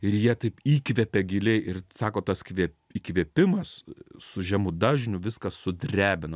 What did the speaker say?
ir jie taip įkvepia giliai ir sako tas kvėp įkvėpimas su žemu dažniu viską sudrebino